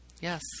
Yes